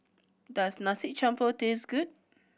does Nasi Campur taste good